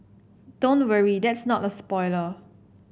don't worry that's not a spoiler